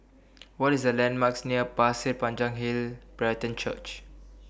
What IS The landmarks near Pasir Panjang Hill Brethren Church